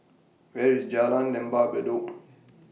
Where IS Jalan Lembah Bedok